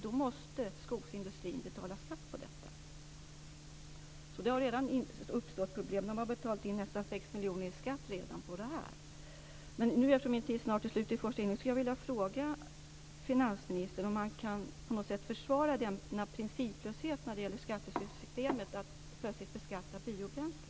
Då måste skogsindustrin betala skatt för detta. Det har alltså redan uppstått problem. Man har redan betalat in nästan 6 miljoner i skatt. Jag vill fråga finansministern om han kan försvara denna principlöshet när det gäller skattesystemet, att plötsligt beskatta biobränsle.